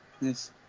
Yes